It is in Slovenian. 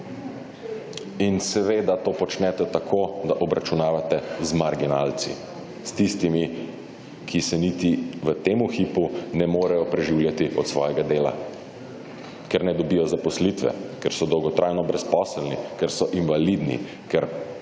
in seveda to počnete tako, da obračunavate z marginalci, s tistimi, ki se niti, v temi hipu, ne morejo preživljati od svojega dela, ker ne dobijo zaposlitve, ker so dolgotrajno brezposelni, ker so invalidni, ker tisoč in